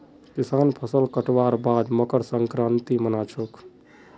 किसान फसल कटवार बाद मकर संक्रांति मना छेक